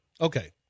Okay